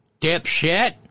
dipshit